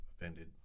offended